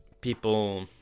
people